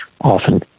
often